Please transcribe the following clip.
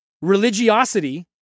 religiosity